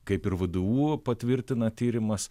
kaip ir vdu patvirtina tyrimas